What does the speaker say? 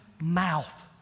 mouth